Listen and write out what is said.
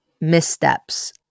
missteps